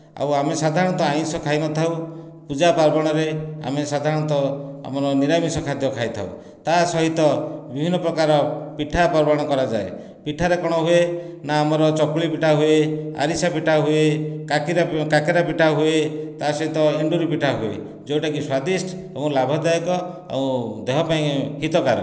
ଆଉ ଆମେ ସାଧାରଣତଃ ଆଇଁଷ ଖାଇ ନ ଥାଉ ପୂଜା ପାର୍ବଣରେ ଆମେ ସାଧାରଣତଃ ଆମର ନିରାମିଷ ଖାଦ୍ୟ ଖାଇ ଥାଉ ତା ସହିତ ବିଭିନ୍ନ ପ୍ରକାର ପିଠା ପର୍ବଣ କରାଯାଏ ପିଠାରେ କଣ ହୁଏ ନା ଆମର ଚକୁଳି ପିଠା ହୁଏ ଆରିଷା ପିଠା ହୁଏ କାକିରା କାକେରା ପିଠା ହୁଏ ତା ସହିତ ଏଣ୍ଡୁରି ପିଠା ହୁଏ ଯେଉଁଟାକି ସ୍ୱାଦିଷ୍ଟ ଏବଂ ଲାଭ ଦାୟକ ଓ ଦେହ ପାଇଁ ହିତ କାରକ